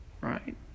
right